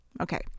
okay